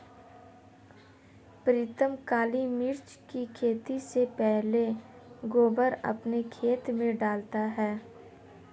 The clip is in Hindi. प्रीतम काली मिर्च की खेती से पहले गोबर अपने खेत में डालता है